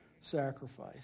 sacrifice